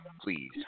please